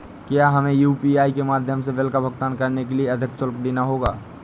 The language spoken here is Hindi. क्या हमें यू.पी.आई के माध्यम से बिल का भुगतान करने के लिए अधिक शुल्क देना होगा?